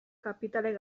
kapitalek